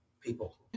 people